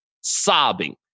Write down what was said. sobbing